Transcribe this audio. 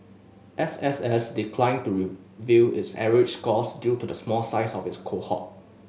S S S declined to reveal its average scores due to the small size of its cohort